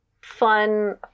fun